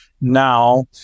now